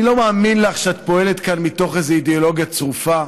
אני לא מאמין לך שאת פועלת כאן מתוך איזו אידיאולוגיה צרופה.